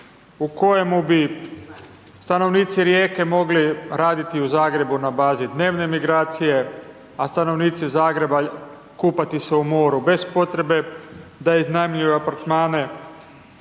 u kojemu bi stanovnici Rijeke mogli raditi u Zagrebu na bazi dnevne migracije, a stanovnici Zagreba kupati se u moru bez potrebe da iznajmljuju apartmane.